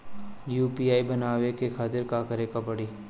UPI बनावे के खातिर का करे के पड़ी?